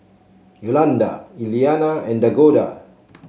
Yolanda Eliana and Dakoda